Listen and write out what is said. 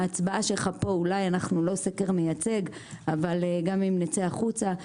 ההצבעה שלך פה אולי אנחנו לא סקר מייצג אבל גם אם נצא החוצה,